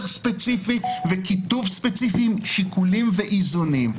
ספציפי וכיתוב ספציפי עם שיקולים ואיזונים.